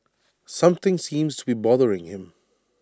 something seems to be bothering him